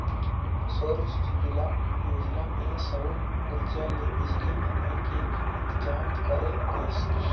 सौर सूजला योजना मे सउर उरजा ले बिजली बनाए के इंतजाम करे गइस